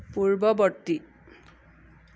পূৰ্ববৰ্তী